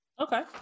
Okay